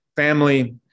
Family